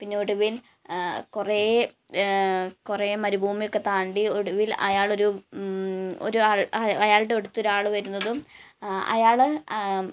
പിന്നെ ഒടുവിൻ കുറേ കുറേ മരുഭൂമിയൊക്കെ താണ്ടി ഒടുവിൽ അയാൾ ഒരു ഒരാൾ അയാളുടെ അടുത്ത് ഒരാൾ വരുന്നതും അയാൾ